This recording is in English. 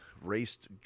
Raced